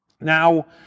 Now